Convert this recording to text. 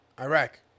Iraq